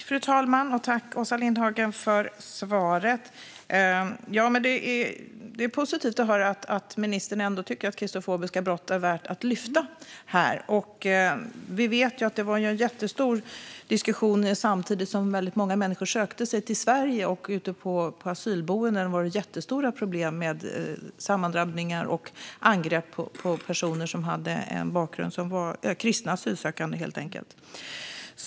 Fru talman! Jag tackar Åsa Lindhagen för svaret. Det är positivt att ministern tycker att frågan om kristofobiska hatbrott är värd att lyfta upp. Det var en stor diskussion samtidigt som väldigt många människor sökte sig till Sverige, och på asylboenden var det stora problem med sammandrabbningar och med angrepp på kristna asylsökande.